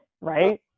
Right